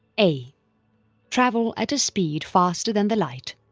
a travel at a speed faster than the light